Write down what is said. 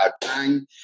bang